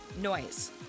noise